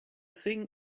thing